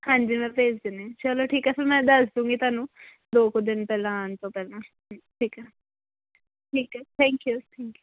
ਹਾਂਜੀ ਮੈਂ ਭੇਜ ਦਿੰਦੀ ਚਲੋ ਠੀਕ ਹੈ ਫਿਰ ਮੈਂ ਦੱਸ ਦੂੰਗੀ ਤੁਹਾਨੂੰ ਦੋ ਕੁ ਦਿਨ ਪਹਿਲਾਂ ਆਉਣ ਤੋਂ ਪਹਿਲਾਂ ਠੀਕ ਆ ਠੀਕ ਆ ਥੈਂਕ ਯੂ ਥੈਂਕ ਯੂ